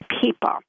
people